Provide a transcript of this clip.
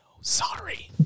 sorry